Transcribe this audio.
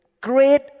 great